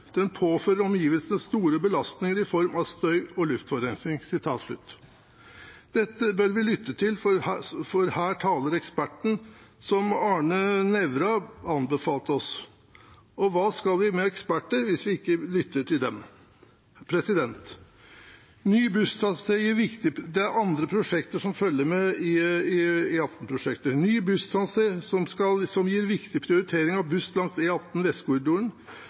den påfører omgivelsene stor belastning i form av støy og luftforurensing.» Dette bør vi lytte til, for her taler eksperten – som Arne Nævra anbefalte oss. Hva skal vi med eksperter hvis vi ikke lytter til dem? Det er andre prosjekter som følger med E18-prosjektet. Ny busstrasé gir viktig prioritering av buss langs E18 Vestkorridoren. Ny